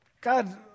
God